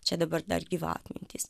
čia dabar dar gyva atmintis